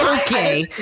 okay